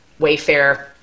Wayfair